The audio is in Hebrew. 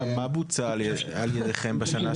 זה --- מה בוצע על ידכם בשנה,